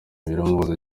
biramubabaza